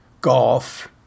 golf